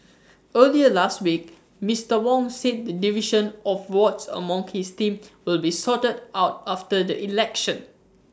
earlier last week Mister Wong said the division of wards among his team will be sorted out after the election